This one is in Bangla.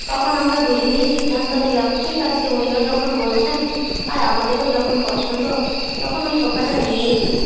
তখন আমরা দুজনেই সিদ্ধান্ত নিলাম ঠিক আছে উনিও যখন বলছেন আর আমাদেরও যখন পছন্দ তখন ওই সোফাটা নিয়েই নিই